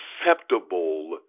acceptable